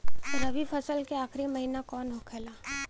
रवि फसल क आखरी महीना कवन होला?